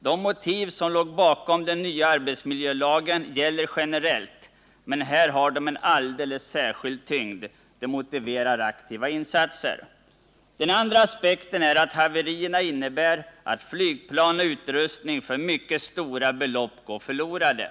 De motiv som låg bakom den nya arbetsmiljölagen gäller generellt, men här har de en alldeles särskild tyngd. Detta motiverar aktiva insatser. Den andra aspekten är att haverierna innebär att flygplan och utrustning för mycket stora belopp går förlorade.